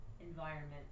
environment